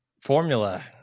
Formula